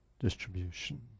Distribution